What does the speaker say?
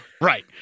Right